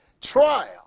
trial